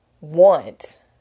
want